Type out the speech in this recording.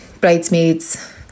bridesmaids